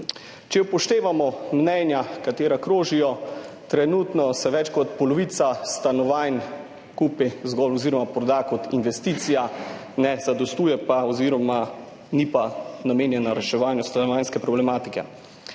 Če upoštevamo mnenja, ki krožijo – trenutno se več kot polovica stanovanj kupi oziroma proda zgolj kot investicija, ne zadostuje pa oziroma ni pa namenjena reševanju stanovanjske problematike.